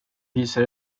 hyser